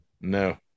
no